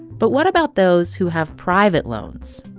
but what about those who have private loans,